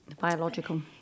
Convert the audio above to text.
Biological